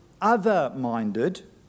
other-minded